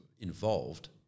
involved